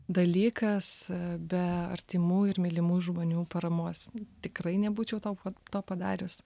dalykas be artimų ir mylimų žmonių paramos tikrai nebūčiau tau to padarius